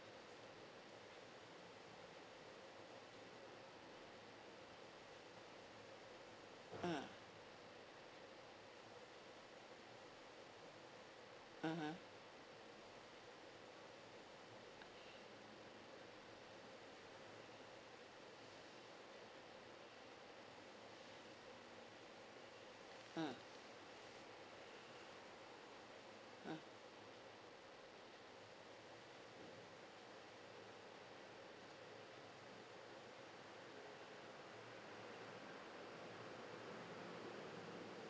mm mmhmm mm mm